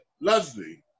Leslie